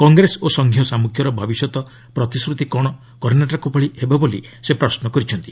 କଂଗ୍ରେସ ଓ ସଂଘୀୟ ସାମ୍ମୁଖ୍ୟର ଭବିଷ୍ୟତ ପ୍ରତିଶ୍ରତି କ'ଣ କର୍ଷାଟକ ଭଳି ହେବ ବୋଲି ସେ ପ୍ରଶ୍ୱ କରିଛନ୍ତି